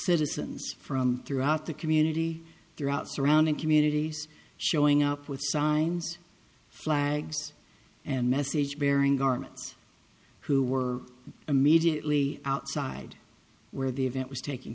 citizens from throughout the community throughout surrounding communities showing up with signs flags and message bearing governments who were immediately outside where the event was taking